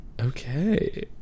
Okay